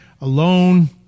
alone